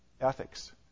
ethics